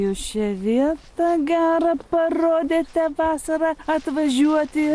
jūs šią vietą gerą parodėte vasarą atvažiuoti